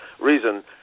reason